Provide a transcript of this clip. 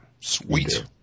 Sweet